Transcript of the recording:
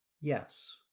Yes